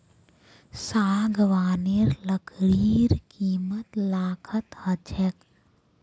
सागवानेर लकड़ीर कीमत लाखत ह छेक